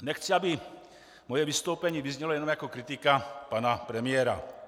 Nechci, aby moje vystoupení vyznělo jenom jako kritika pana premiéra.